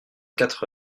quatre